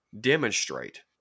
demonstrate